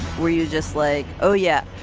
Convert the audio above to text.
were you just like, oh, yeah,